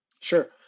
Sure